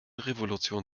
revolution